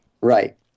Right